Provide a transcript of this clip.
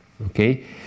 okay